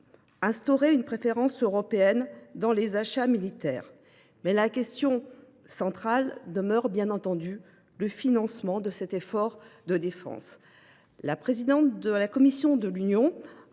instaurer une préférence européenne dans les achats militaires. Mais la question centrale demeure bien entendu le financement de l’effort. La présidente de la Commission a annoncé